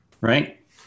Right